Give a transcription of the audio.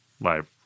live –